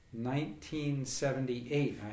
1978